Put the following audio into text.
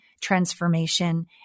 transformation